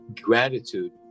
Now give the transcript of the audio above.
gratitude